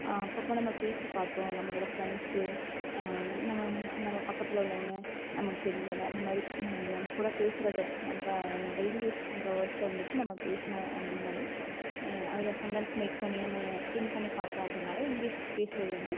அப்போப்போ நம்ம பேசி பார்த்தோம் நம்மளோடய ஃப்ரெண்ட்ஸு நம்ம பக்கத்தில் உள்ளவங்க நமக்கு தெரிஞ்சவங்க அந்த மாதிரி நம்ம கூட பேசுறதை அன்றாட டெய்லி யூஸ் பண்ணுற வேர்ட்ஸை வந்துட்டு நம்ம பேசுனோம் அப்படினாலே அதில் சென்டென்ஸ் மேக் பண்ணி நம்ம திங்க் பண்ணி பார்த்தோம் அப்படினாலே இங்கிலிஷ் பேசுறது வந்து